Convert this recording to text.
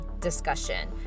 discussion